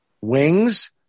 wings